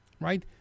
Right